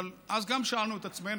אבל גם אז שאלנו את עצמנו,